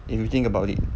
if you think about it